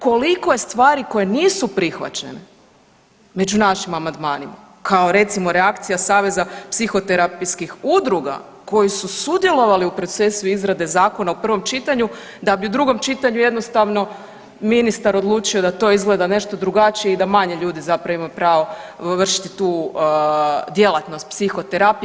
Koliko je stvari koje nisu prihvaćene među našim amandmanima kao recimo reakcija Saveza psihoterapijskih udruga koji su sudjelovali u procesu izrade zakona u prvom čitanju da bi u drugom čitanju jednostavno ministar odlučio da to izgleda nešto drugačije i da manje ljudi zapravo ima pravo vršiti tu djelatnost psihoterapije.